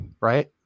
right